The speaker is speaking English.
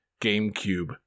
GameCube